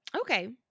Okay